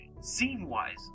scene-wise